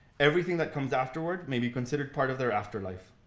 everything that comes afterward may be considered part of their afterlife.